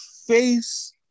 face